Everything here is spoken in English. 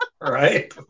Right